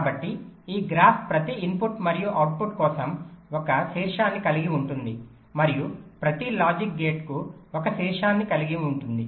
కాబట్టి ఈ గ్రాఫ్ ప్రతి ఇన్పుట్ మరియు అవుట్పుట్ కోసం ఒక శీర్షాన్ని కలిగి ఉంటుంది మరియు ప్రతి లాజిక్ గేట్కు ఒక శీర్షాన్ని కలిగి ఉంటుంది